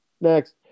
Next